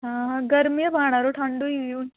हां गर्मी गै पाना अड़ो ठंड होई गेदी हून